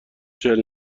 چهل